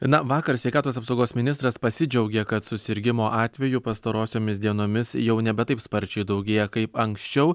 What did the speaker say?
na vakar sveikatos apsaugos ministras pasidžiaugė kad susirgimo atvejų pastarosiomis dienomis jau nebe taip sparčiai daugėja kaip anksčiau